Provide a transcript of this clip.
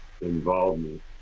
involvement